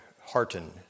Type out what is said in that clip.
Harton